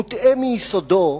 מוטעה מיסודו,